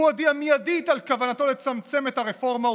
הוא הודיע מיידית על כוונתו לצמצם את הרפורמה,